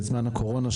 בזמן הקורונה,